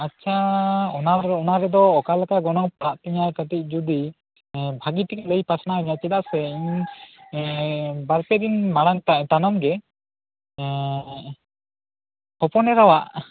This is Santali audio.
ᱟᱪᱪᱷᱟ ᱚᱱᱟᱨᱮ ᱚᱱᱟ ᱨᱮᱫᱚ ᱚᱠᱟᱞᱮᱠᱟ ᱜᱚᱱᱚᱝ ᱯᱟᱲᱟᱜ ᱛᱤᱧᱟᱹ ᱠᱟᱹᱴᱤᱡ ᱡᱩᱫᱤ ᱵᱷᱟᱜᱮᱛᱮᱢ ᱞᱟ ᱭ ᱯᱟᱥᱱᱟᱣᱟ ᱧᱟ ᱪᱮᱫᱟᱜ ᱥᱮ ᱵᱟᱨ ᱯᱮ ᱫᱤᱱ ᱢᱟᱬᱟᱝ ᱛᱟᱣᱱᱚᱢ ᱜᱮ ᱦᱚᱯᱚᱱ ᱮᱨᱟᱣᱟᱜ